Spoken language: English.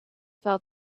felt